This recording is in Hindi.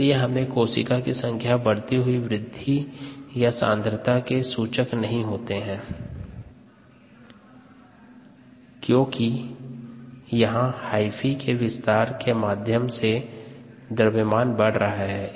इसलिए इसमें कोशिका की संख्या बढ़ती हुई वृद्धि या सांद्रता के सूचक नहीं हो सकते है क्योंकि यहाँ हाइफी के विस्तार के माध्यम से द्रव्यमान बढ़ रहा है